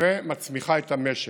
והמצמיחה את המשק.